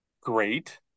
great